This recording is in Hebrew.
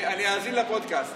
אני אאזין לפודקסט.